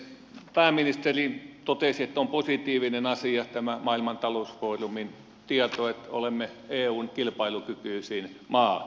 pääministeri totesi että on positiivinen asia tämä maailman talousfoorumin tieto että olemme eun kilpailukykyisin maa